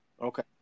okay